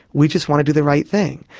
we just want to do the right thing.